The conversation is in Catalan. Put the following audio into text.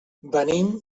venim